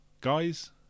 guys